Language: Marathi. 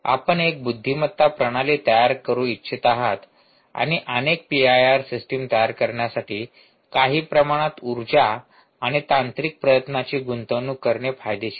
आपण एक बुद्धिमत्ता प्रणाली तयार करू इच्छित आहात आणि अनेक पीआयआर सिस्टीम तयार करण्यासाठी काही प्रमाणात ऊर्जा आणि तांत्रिक प्रयत्नांची गुंतवणूक करणे फायदेशीर आहे